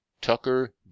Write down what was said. Tucker